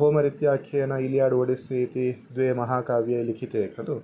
Homer इत्याख्येन Iliad Odyssey इति द्वे महाकाव्ये लिखिते खलु